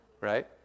right